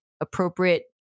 appropriate